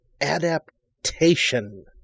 Adaptation